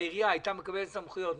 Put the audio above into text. אם העירייה הייתה מקבלת סמכויות,